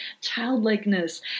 childlikeness